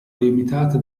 limitate